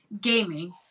gaming